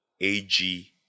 AG